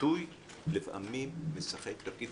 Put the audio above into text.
העיתוי לפעמים משחק תפקיד.